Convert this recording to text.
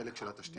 בחלק של התשתיות?